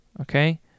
okay